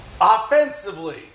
Offensively